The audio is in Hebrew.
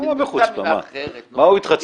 נמצא מילה אחרת --- מה הוא התחצף?